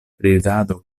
ridado